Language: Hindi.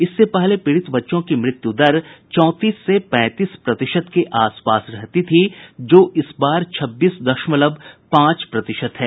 इससे पहले पीड़ित बच्चों की मृत्यु दर चौंतीस से पैंतीस प्रतिशत के आस पास रहती थी जो इस बार छब्बीस दशमलव पांच प्रतिशत है